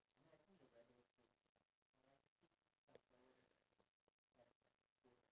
ya you can actually smell there's some flavours that's lavender or like even candles